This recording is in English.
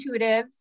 intuitives